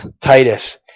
Titus